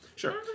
Sure